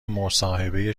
مصاحبه